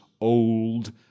old